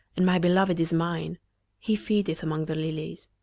and my beloved is mine he feedeth among the lilies.